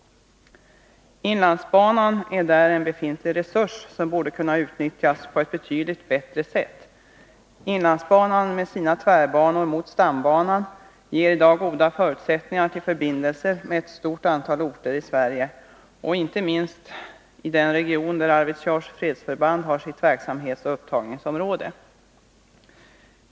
Inlandsbanan är där en befintlig resurs, som borde kunna utnyttjas på ett betydligt bättre sätt. Inlandsbanan, med sina tvärbanor mot stambanan, ger i dag goda förutsättningar för förbindelser med ett stort antal orter i Sverige, inte minst i den region där Arvidsjaurs fredsförband har sitt verksamhetsoch upptagningsområde.